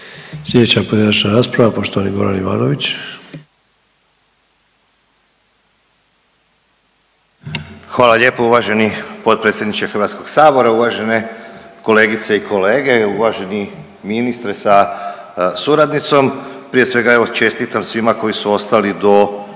Sljedeća pojedinačna rasprava, poštovani Goran Ivanović. **Ivanović, Goran (HDZ)** Hvala lijepo uvaženi potpredsjedniče HS-a, uvažene kolegice i kolege, uvaženi ministre sa suradnicom. Prije svega, evo, čestitam svima koji su ostali do kraja ove rasprave